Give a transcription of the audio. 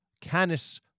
Canis